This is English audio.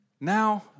Now